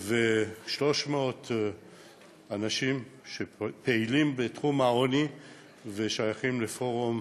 300 אנשים שפעילים בתחום העוני ושייכים לפורום